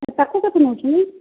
ତାକୁ କେତେ ନେଉଛନ୍ତି